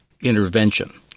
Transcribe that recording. intervention